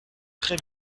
très